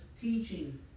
teaching